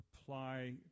apply